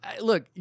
look